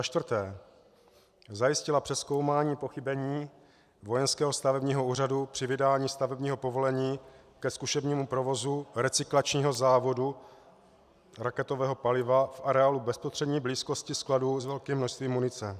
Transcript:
4. zajistila přezkoumání pochybení vojenského stavebního úřadu při vydání stavebního povolení ke zkušebnímu provozu recyklačního závodu raketového paliva v areálu v bezprostřední blízkosti skladu s velkým množstvím munice;